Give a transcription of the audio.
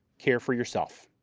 care for yourself.